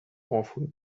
awful